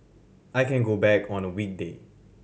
I can go back on a weekday